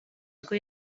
bwo